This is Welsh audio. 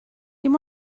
dim